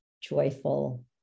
joyful